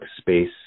space